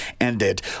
ended